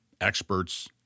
experts